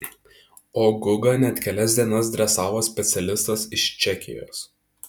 o gugą net kelias dienas dresavo specialistas iš čekijos